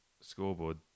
scoreboard